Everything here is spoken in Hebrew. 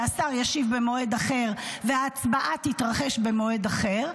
שהשר ישיב במועד אחר וההצבעה תתרחש במועד אחר,